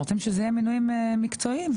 שהמינויים יהיו מקצועיים.